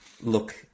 look